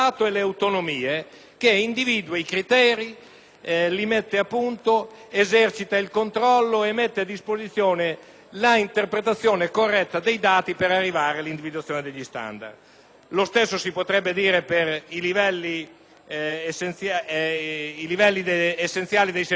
li metta a punto, eserciti il controllo e renda disponibile un'interpretazione corretta dei dati per arrivare all'individuazione degli standard. Lo stesso si potrebbe dire per i livelli essenziali delle prestazioni nei